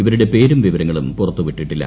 ഇവരുടെ പേരും വിവരങ്ങളും പുറത്തു വിട്ടിട്ടില്ല